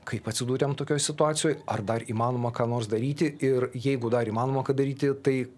kaip atsidūrėm tokioj situacijoj ar dar įmanoma ką nors daryti ir jeigu dar įmanoma ką daryti tai